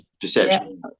perception